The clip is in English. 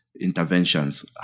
interventions